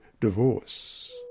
divorce